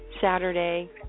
Saturday